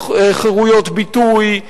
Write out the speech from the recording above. חירויות ביטוי,